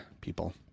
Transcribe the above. people